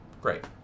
Great